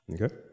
okay